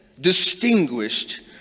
distinguished